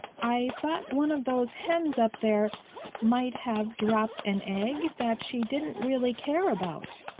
i thought one of those hens up there might have dropped an egg that she didn't really care about.